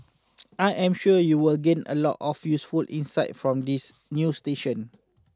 I am sure you will gain a lot of useful insights from this new station